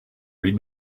read